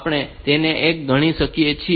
આપણે તેને એક ગણી શકીએ છીએ